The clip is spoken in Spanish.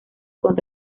con